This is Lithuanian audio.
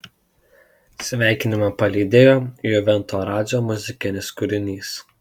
sveikinimą palydėjo juvento radzio muzikinis kūrinys